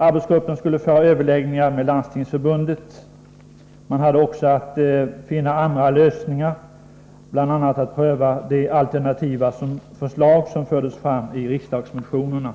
Arbetsgruppen, som skulle föra överläggningar med Landstingsförbundet, har också att finna andra lösningar och bl.a. att pröva de alternativa förslag som fördes fram i riksdagsmotionerna.